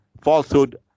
falsehood